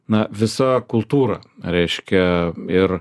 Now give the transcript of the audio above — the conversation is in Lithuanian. na visa kultūra reiškia ir